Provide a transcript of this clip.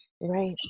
Right